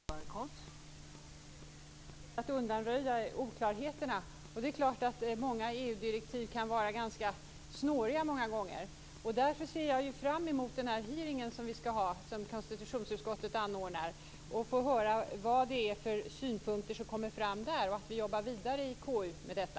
Fru talman! Så långt är vi överens. Det gäller att undanröja oklarheterna. Det är klart att åtskilliga EU-direktiv kan vara ganska snåriga många gånger. Därför ser jag fram emot den hearing som konstitutionsutskottet anordnar, för att få höra vilka synpunkter som kommer fram där och jobba vidare i KU med detta.